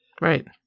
Right